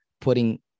putting